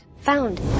Found